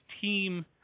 team